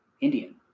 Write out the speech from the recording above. Indian